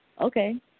okay